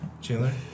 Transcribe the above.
Chandler